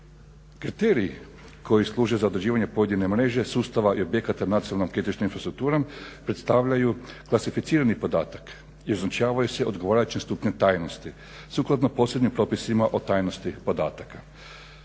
Kriteriji koji služe za određivanje pojedine mreže sustava i objekata nacionalnom kritičnom infrastrukturom predstavljaju klasificirani podatak i označavaju se odgovarajućim stupnjem tajnosti sukladno posebnim propisima o tajnosti podataka.